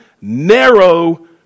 narrow